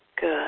Good